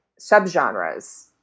subgenres